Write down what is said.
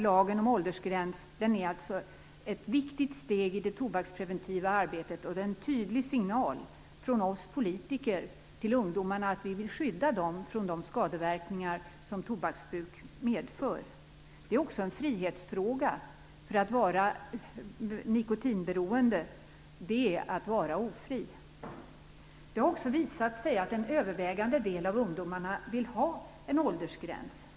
Lagen om åldersgräns är alltså ett viktigt steg i det tobakspreventiva arbetet och en tydlig signal från oss politiker till ungdomarna att vi vill skydda dem från de skadeverkningar som tobaksbruket medför. Det är också en frihetsfråga. Att vara nikotinberoende är nämligen att vara ofri. Det har visat sig att en övervägande del av ungdomarna vill ha en åldersgräns.